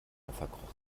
verkroch